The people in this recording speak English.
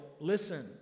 listen